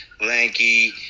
lanky